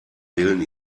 wählen